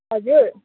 हजुर